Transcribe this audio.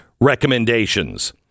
recommendations